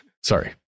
Sorry